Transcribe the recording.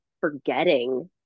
forgetting